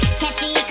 catchy